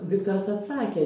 viktoras atsakė